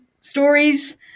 stories